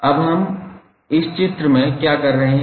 अब हम इस चित्र में क्या कर रहे हैं